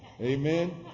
Amen